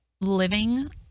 living